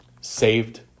saved